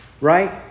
Right